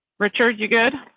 richard, you good.